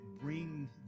bring